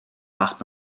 wacht